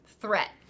threat